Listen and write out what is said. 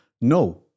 no